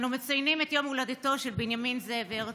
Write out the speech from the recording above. אנו מציינים את יום הולדתו של בנימין זאב הרצל,